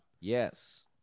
Yes